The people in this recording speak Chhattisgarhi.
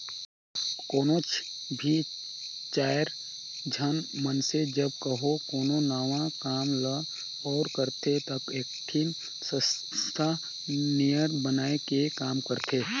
कोनोच भी चाएर झन मइनसे जब कहों कोनो नावा काम ल ओर करथे ता एकठिन संस्था नियर बनाए के काम करथें